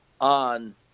on